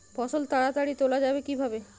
ফসল তাড়াতাড়ি তোলা যাবে কিভাবে?